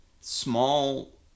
small